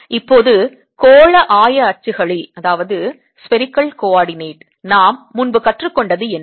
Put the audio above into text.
இப்போது கோள ஆய அச்சுகளில் நாம் முன்பு கற்றுக்கொண்டது என்ன